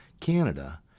Canada